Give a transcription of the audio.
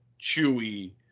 Chewie